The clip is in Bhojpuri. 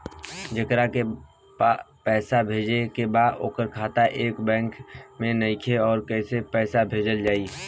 जेकरा के पैसा भेजे के बा ओकर खाता ए बैंक मे नईखे और कैसे पैसा भेजल जायी?